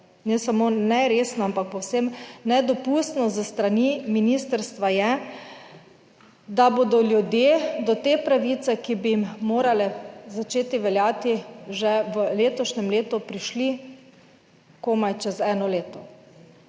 ne samo neresno, ampak povsem nedopustno s strani ministrstva je, da bodo ljudje do te pravice, ki bi jim morale začeti veljati že v letošnjem letu, prišli komaj čez eno leto.